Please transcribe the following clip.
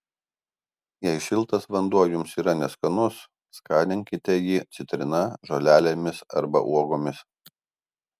jei šiltas vanduo jums yra neskanus skaninkite jį citrina žolelėmis arba uogomis